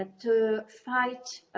ah to fight